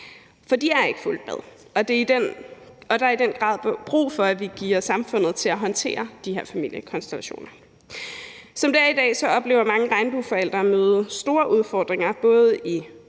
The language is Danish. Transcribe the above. For de er ikke fulgt med, og der er i den grad brug for at geare samfundet til at håndtere de her familiekonstellationer. Som det er i dag, oplever mange regnbueforældre at møde store udfordringer både i